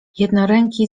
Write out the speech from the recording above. jednoręki